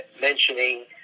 mentioning